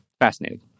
Fascinating